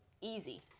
easy